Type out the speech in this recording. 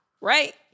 right